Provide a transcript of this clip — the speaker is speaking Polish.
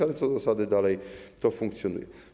Ale co do zasady dalej to funkcjonuje.